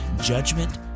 judgment